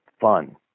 fun